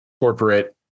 corporate